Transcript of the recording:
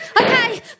Okay